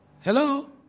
Hello